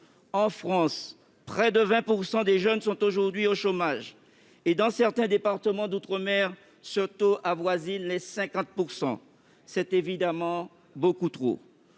En France, près de 20 % des jeunes sont aujourd'hui au chômage. Dans certains départements d'outre-mer, ce taux avoisine les 50 %. C'est évidemment beaucoup trop.